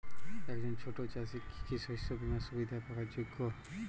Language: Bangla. একজন ছোট চাষি কি কি শস্য বিমার সুবিধা পাওয়ার যোগ্য?